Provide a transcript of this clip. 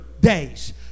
days